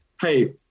Hey